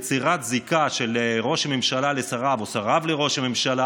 יצירת זיקה של ראש הממשלה לשריו או שרים לראש הממשלה